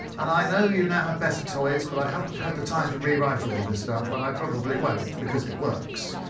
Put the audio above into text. and i know you now have better toys, but i haven't had time to rewrite all of this stuff, and i probably won't because it works.